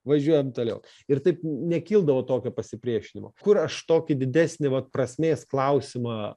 važiuojam toliau ir taip nekildavo tokio pasipriešinimo kur aš tokį didesnį vat prasmės klausimą